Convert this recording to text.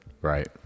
Right